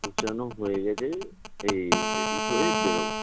গোছানো হয়ে গেছে এই রেডি হয়ে বেরোব